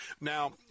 Now